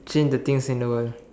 change the things in the world